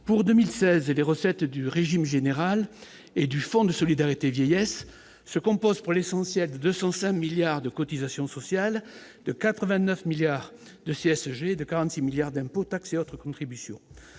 pour 2016 et les recettes du régime général et du Fonds de solidarité vieillesse se compose pour l'essentiel des 205 milliards de cotisations sociales de 89 milliards de CSG de 46 milliards d'impôts, taxes et autres contributions